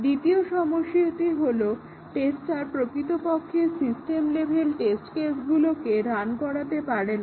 দ্বিতীয় সমস্যাটি হলো টেস্টার প্রকৃতপক্ষে সিস্টেম লেভেল টেস্ট কেসগুলোকে রান করাতে পারে না